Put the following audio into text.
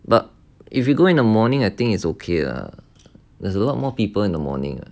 but if you go in the morning I think it's okay lah there's a lot more people in the morning